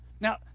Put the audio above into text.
Now